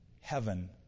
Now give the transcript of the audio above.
heaven